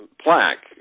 plaque